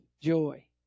joy